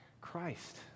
Christ